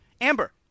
Amber